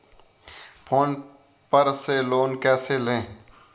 Phone पर से loan कैसे लें?